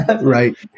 Right